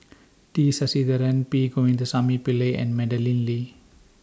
T Sasitharan P Govindasamy Pillai and Madeleine Lee